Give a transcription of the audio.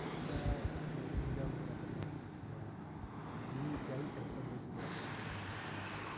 तर त्या ज्या कुंड्या वगैरे आपण लावतो किंवा जेही ज्याही पर पद्धतीने आपण तिकडे झाडांची लागवड करणार